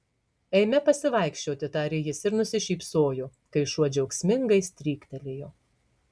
eime pasivaikščioti tarė jis ir nusišypsojo kai šuo džiaugsmingai stryktelėjo